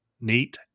neat